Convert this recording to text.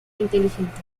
inteligente